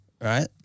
right